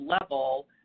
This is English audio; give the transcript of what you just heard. level